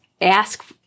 ask